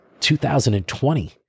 2020